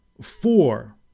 four